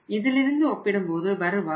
இதிலிருந்து ஒப்பிடும்போது வருவாய் 53